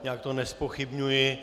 Já to nezpochybňuji.